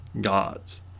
gods